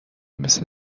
مثل